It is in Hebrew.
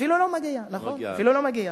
אפילו לא מגיע, נכון, אפילו לא מגיע.